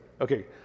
okay